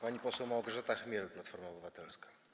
Pani poseł Małgorzata Chmiel, Platforma Obywatelska.